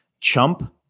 chump